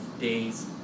days